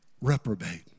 reprobate